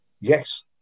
Yes